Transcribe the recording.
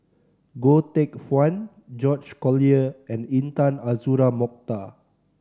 Goh Teck Phuan George Collyer and Intan Azura Mokhtar